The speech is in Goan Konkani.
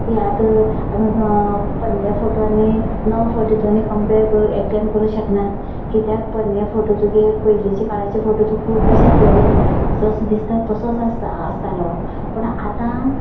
की आत आमकां पन्ने फोटो आनी नवें फोटो दोनी कंपेर करून एकट्यान करूं शकना कित्याक पन्ने फोटू तुगें पयलीचे काळाचे फोटू तुका कशें आसलेले जसो दिसता तसोच आस आसतालो पण आतां